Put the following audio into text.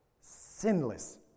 sinless